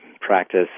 practice